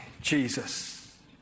Jesus